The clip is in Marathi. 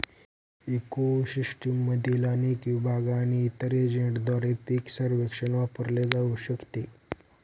इको सिस्टीममधील अनेक विभाग आणि इतर एजंटद्वारे पीक सर्वेक्षण वापरले जाऊ शकते